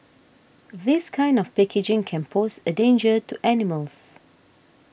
this kind of packaging can pose a danger to animals